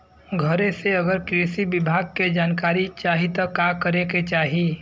घरे से अगर कृषि विभाग के जानकारी चाहीत का करे के चाही?